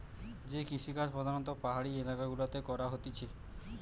যে কৃষিকাজ প্রধাণত পাহাড়ি এলাকা গুলাতে করা হতিছে